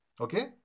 Okay